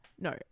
No